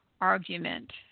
argument